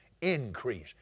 Increase